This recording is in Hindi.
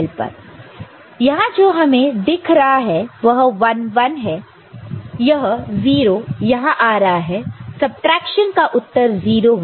यहां जो हमें दिख रहा है वह 1 1 है यह 0 यहां आ रहा है सबट्रैक्शन का उत्तर 0 है